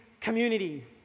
community